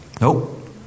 Nope